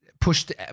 pushed